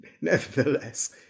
nevertheless